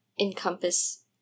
encompass